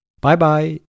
Bye-bye